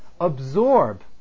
absorb